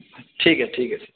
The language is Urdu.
ٹھیک ہے ٹھیک ہے سر